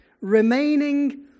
remaining